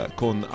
con